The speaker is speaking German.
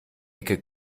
ecke